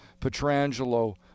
Petrangelo